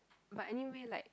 but anyway like